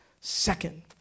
Second